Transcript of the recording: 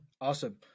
Awesome